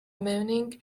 morning